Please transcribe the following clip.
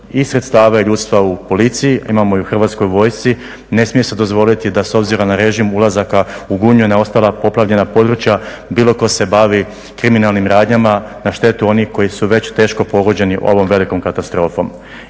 i sredstava i … u policiji, imamo i u Hrvatskoj vojsci, ne smije se dozvoliti da s obzirom na režim ulazaka u Gunju i na ostala poplavljena područja, bilo tko se bavi kriminalnim radnjama na štetu onih koji su već teško pogođeni ovom velikom katastrofom.